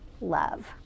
love